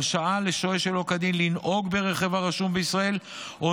הרשאה לשוהה שלא כדין לנהוג ברכב הרשום בישראל או